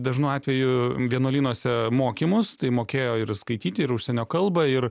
dažnu atveju vienuolynuose mokymus tai mokėjo ir skaityti ir užsienio kalbą ir